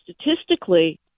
statistically